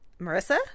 Marissa